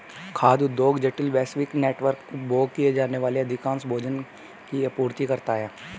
खाद्य उद्योग जटिल, वैश्विक नेटवर्क, उपभोग किए जाने वाले अधिकांश भोजन की आपूर्ति करता है